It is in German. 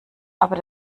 aber